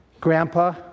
grandpa